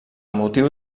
motiu